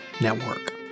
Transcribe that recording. Network